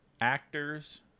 actors